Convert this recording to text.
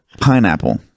Pineapple